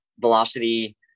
velocity